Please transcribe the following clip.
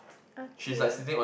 okay